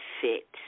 fit